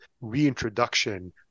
reintroduction